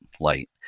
Light